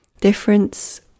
difference